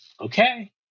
Okay